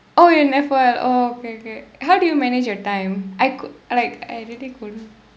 oh you in F O L oh okay okay how do you manage your time I could like I really couldn't